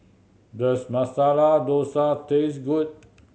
does Masala Dosa taste good